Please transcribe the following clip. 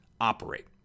operate